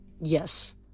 yes